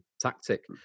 tactic